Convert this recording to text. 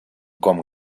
com